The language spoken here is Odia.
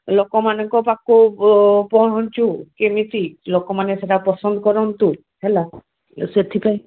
ଲୋକମାନଙ୍କ ପାଖକୁ ପହଞ୍ଚୁ କେମିତି ଲୋକମାନେ ସେଇଟା ପସନ୍ଦ କରନ୍ତୁ ହେଲା ସେଥିପାଇଁ